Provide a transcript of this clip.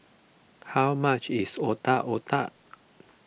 how much is Otak Otak